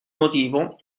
motivo